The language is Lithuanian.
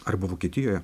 arba vokietijoje